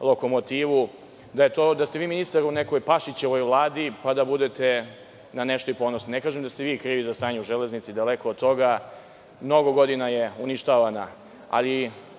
lokomotivu, da ste vi ministar u nekoj Pašićevoj vladi, pa da budete na nešto ponosni. Ne kažem da ste vi krivi za stanje u železnici, daleko od toga. Mnogo godina je uništavana.